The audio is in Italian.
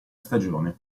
stagione